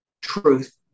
truth